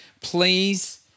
Please